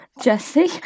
Jesse